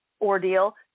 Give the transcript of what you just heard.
ordeal